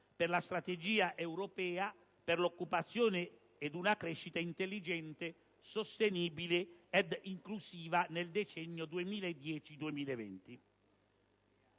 per la Strategia europea «per l'occupazione ed una crescita intelligente, sostenibile e inclusiva» nel decennio 2010-2020: